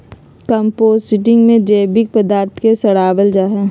composting में जैविक पदार्थ के सड़ाबल जा हइ